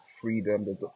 freedom